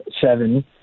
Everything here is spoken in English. seven